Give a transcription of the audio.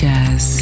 Jazz